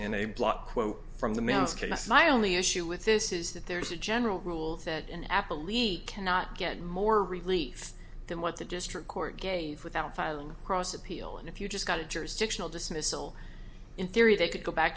in a blot quote from the man's case my only issue with this is that there's a general rule that an apple leak cannot get more relief than what the district court gave without filing cross appeal and if you just got a jurisdictional dismissal in theory they could go back